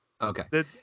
Okay